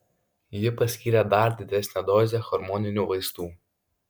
ji paskyrė dar didesnę dozę hormoninių vaistų